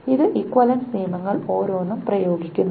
ഈ ഇക്വിവാലെൻസ് നിയമങ്ങൾ ഓരോന്നും പ്രയോഗിക്കുന്നു